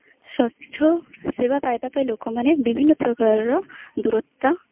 ସ୍ୱଚ୍ଛ ସେବା ପାଇବା ପାଇଁ ଲୋକମାନେ ବିଭିନ୍ନ ପ୍ରକାରର ଦୂରତ୍ୱ